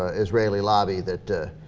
ah israeli lobby that ah.